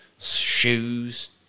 shoes